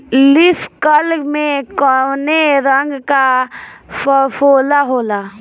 Leaf curl में कौने रंग का फफोला होला?